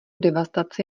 devastace